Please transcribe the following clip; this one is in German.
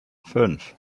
fünf